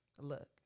Look